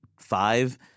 Five